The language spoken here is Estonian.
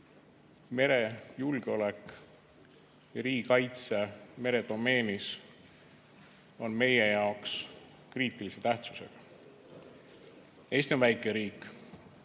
merejulgeolek ja riigikaitse meredomeenis on meie jaoks kriitilise tähtsusega. Eesti on väike riik